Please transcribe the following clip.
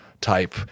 type